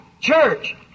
church